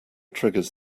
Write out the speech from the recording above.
triggers